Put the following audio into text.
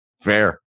Fair